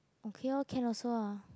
okay lor can also ah